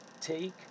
take